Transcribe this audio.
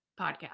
podcast